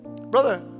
Brother